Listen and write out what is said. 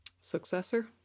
successor